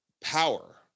power